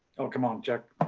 oh, come on jack.